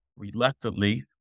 reluctantly